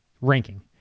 ranking